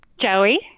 Joey